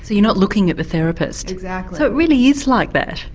so you're not looking at the therapist? exactly. it really is like that?